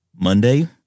Monday